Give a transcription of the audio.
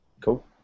Cool